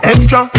Extra